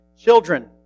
Children